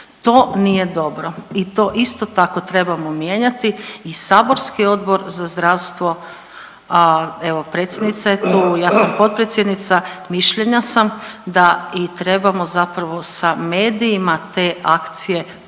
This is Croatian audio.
To nije dobro i to isto tako trebamo mijenjati i saborski Odbor za zdravstvo, a evo predsjednica je tu, ja sam potpredsjednica, mišljenja sam da i trebamo zapravo sa medijima te akcije puno